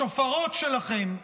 השופרות שלכם,